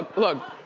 look,